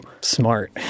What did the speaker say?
smart